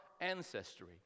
ancestry